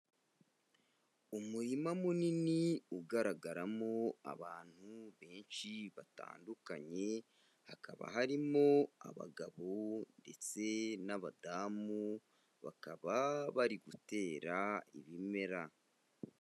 Umurima munini ugaragaramo abantu benshi batandukanye, hakaba harimo abagabo ndetse n'abadamu, bakaba bari gutera ibimera.